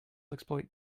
exploit